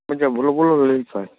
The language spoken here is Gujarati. મજા બોલો બોલો લલિતભાઈ